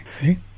see